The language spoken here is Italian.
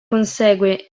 consegue